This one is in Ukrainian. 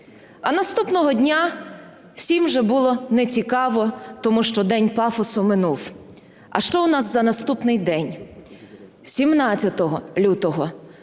А наступного дня всім вже було не цікаво, тому що день пафосу минув. А що у нас за наступний день? 17 лютого